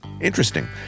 Interesting